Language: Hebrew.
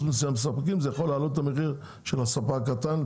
מסוים מספקים זה יכול להעלות את המחיר של הספק הקטן,